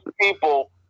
people